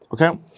Okay